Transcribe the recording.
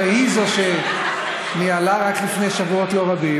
הרי היא שניהלה רק לפני שבועות לא רבים